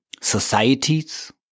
societies